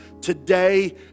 Today